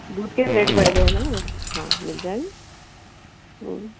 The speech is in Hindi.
दूध के रेट बढ़ गए हैं ना हाँ मिल जाएँगे